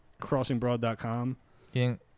CrossingBroad.com